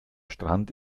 strand